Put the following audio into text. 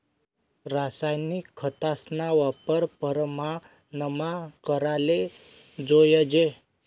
रासायनिक खतस्ना वापर परमानमा कराले जोयजे